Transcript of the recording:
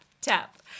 tap